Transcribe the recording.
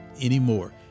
anymore